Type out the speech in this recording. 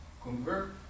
convert